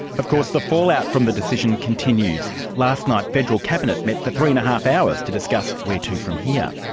of course, the fallout from the decision continues. last night federal cabinet met for three and a half hours to discuss where to from here.